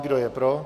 Kdo je pro?